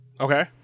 Okay